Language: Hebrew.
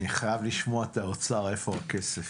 אני חייב לשמוע מהאוצר איפה הכסף.